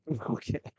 Okay